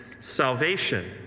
salvation